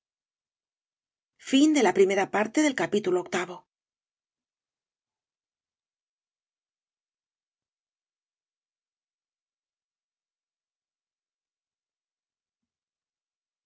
la primera parte del